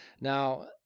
Now